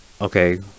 okay